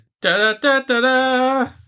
Da-da-da-da-da